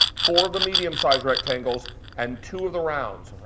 four of the medium-sized rectangles and two of the rounds.